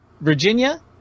Virginia